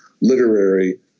literary